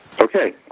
Okay